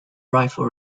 rifle